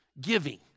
giving